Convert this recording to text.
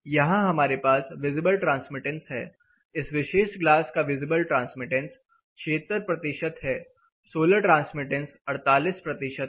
यहां हमारे पास विजिबल ट्रांसमिटेंस है इस विशेष ग्लास का विजिबल ट्रांसमिटेंस 76 है सोलर ट्रांसमिटेंस 48 है